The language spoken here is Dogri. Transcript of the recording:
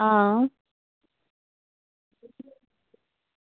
हां